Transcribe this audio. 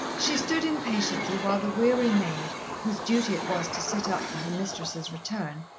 she stood impatiently while the weary maid, whose duty it was to sit up for her mistress's return,